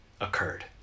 occurred